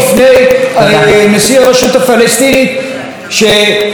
נשיא הרשות הפלסטינית שנגיע לאיזושהי הסדרה.